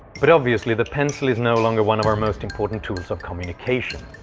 but obviously, the pencil is no longer one of our most important tools of communication.